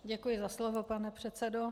Děkuji za slovo, pane předsedo.